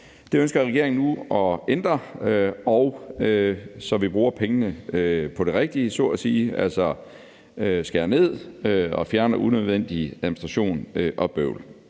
Det ønsker regeringen nu at ændre, så vi bruger pengene på det rigtige så at sige, altså skærer ned og fjerne unødvendig administration og